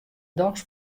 dochs